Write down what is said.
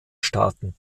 staaten